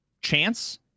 chance